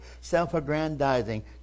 self-aggrandizing